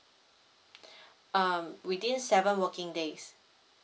um within seven working days